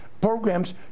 programs